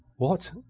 what,